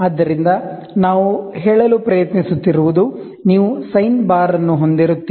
ಆದ್ದರಿಂದ ನಾವು ಹೇಳಲು ಪ್ರಯತ್ನಿಸುತ್ತಿರುವುದು ನೀವು ಸೈನ್ ಬಾರ್ ಅನ್ನು ಹೊಂದಿರುತ್ತೀರಿ